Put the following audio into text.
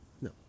No